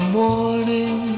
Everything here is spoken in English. morning